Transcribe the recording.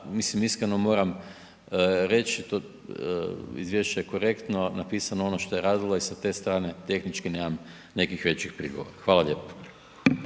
mislim iskreno moram reći to izvješće je korektno napisano ono što je radilo i sa te strane tehnički nemam nekih većih prigovora. Hvala lijepo.